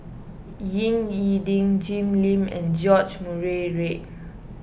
Ying E Ding Jim Lim and George Murray Reith